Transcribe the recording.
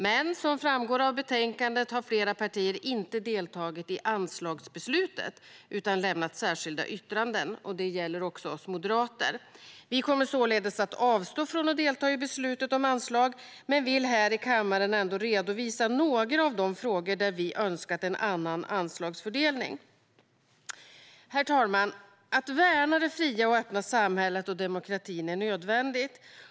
Men som framgår av betänkandet har flera partier inte deltagit i anslagsbeslutet utan lämnat särskilda yttranden. Det gäller också oss moderater. Vi kommer således att avstå från att delta i beslutet om anslag men vill ändå här i kammaren redovisa några av de frågor där vi önskat en annan anslagsfördelning. Herr talman! Att värna det fria och öppna samhället och demokratin är nödvändigt.